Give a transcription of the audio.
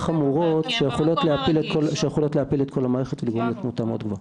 חמורות שיכולות להפיל את כל המערכת עם תמותה מאוד גבוהה.